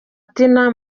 tina